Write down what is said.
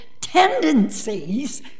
tendencies